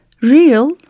real